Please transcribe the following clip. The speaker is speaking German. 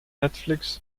netflix